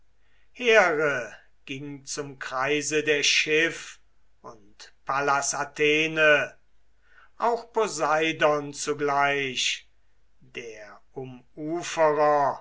here ging zum kreise der schiff und pallas athene auch poseidon zugleich der umuferer